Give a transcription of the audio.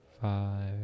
five